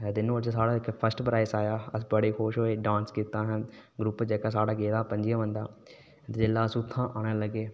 ते ओह्दे च साढ़ा फर्स्ट प्राइज आया ते अस बड़े खुश होए असें बड़ा डांस कीता ग्रुप जेह्का साढ़ा गेदा हा पं'जियें बंदे दा जिसलै अस उत्थै दा औना लगे